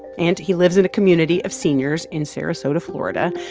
and he lives in a community of seniors in sarasota, fla, and